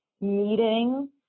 meeting